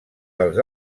dels